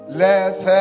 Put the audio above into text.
let